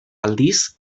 aldiz